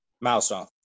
Milestone